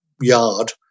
yard